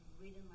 reading